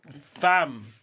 Fam